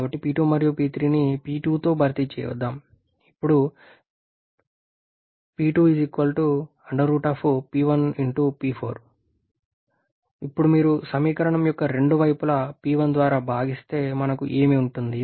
కాబట్టి P2 మరియు P3ని P2తో భర్తీ చేద్దాం ఇప్పుడు మీరు సమీకరణం యొక్క రెండు వైపులా P1 ద్వారా భాగిస్తే మనకు ఏమి ఉంటుంది